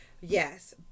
Yes